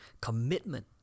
Commitment